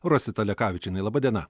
rosita lekavičienė laba diena